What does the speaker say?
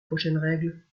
prochaines